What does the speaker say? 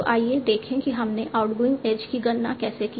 तो आइए देखें कि हमने आउटगोइंग एज की गणना कैसे की